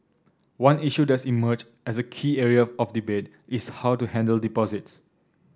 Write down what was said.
one issue that's emerged as a key area of debate is how to handle deposits